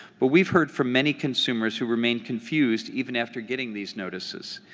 but we have heard from many consumers who remain confused even after getting these notices.